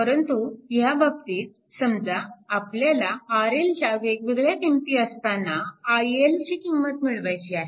परंतु ह्या बाबतीत समजा आपल्याला RL च्या वेगवेगळ्या किंमती असताना iL ची किंमत मिळवायची आहे